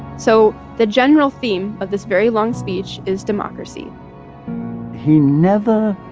so the general theme of this very long speech is democracy he never